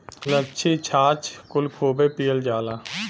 लस्सी छाछ कुल खूबे पियल जाला